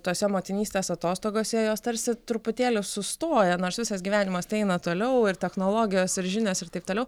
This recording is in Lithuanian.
tose motinystės atostogose jos tarsi truputėlį sustoja nors visas gyvenimas tai eina toliau ir technologijos ir žinios ir taip toliau